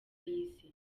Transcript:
y’isi